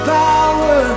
power